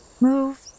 move